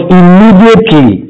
immediately